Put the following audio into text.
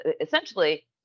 essentially